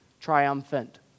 triumphant